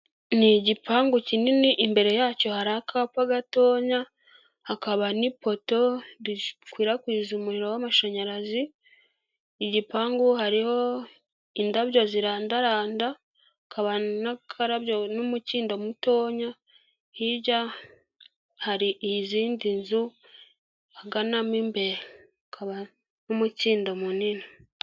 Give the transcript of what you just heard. Ni igipangu kinini imbere yacyo hari akapa gatoya, hakaba n'ipoto rikwirakwiza umuriro w'amashanyarazi, igipangu hariho indabyo zirandaranda hakaba n'umukindo mutoya, hirya hari izindi nzu hagana mo imbere hakaba n'umukindo munini.